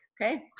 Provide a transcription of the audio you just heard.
Okay